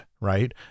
right